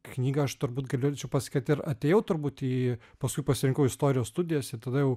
knygą aš turbūt galėčiau pasakyt ir atėjau turbūt į paskui pasirinkau istorijos studijas ir tada jau